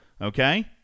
Okay